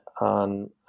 on